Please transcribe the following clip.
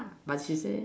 but she say